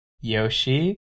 Yoshi